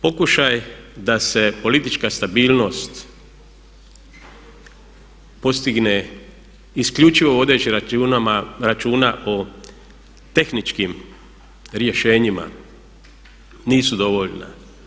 Pokušaj da se politička stabilnost postigne isključivo vodeći računa o tehničkim rješenjima nisu dovoljna.